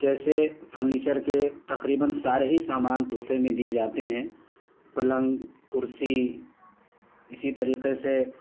جیسے فرنیچر کے تقریباً سارے ہی سامان تحفے میں دیے جاتے ہیں پلنگ کرسی اسی طریقے سے